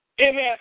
Amen